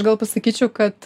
gal pasakyčiau kad